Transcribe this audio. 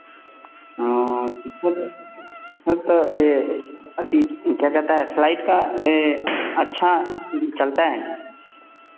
हाँ क्या कहता है फ्लाइट का यह अच्छा चलता है